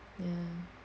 ya